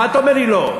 מה אתה אומר לי לא?